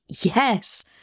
yes